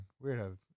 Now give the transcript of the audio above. Weird